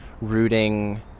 rooting